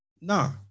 no